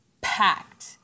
packed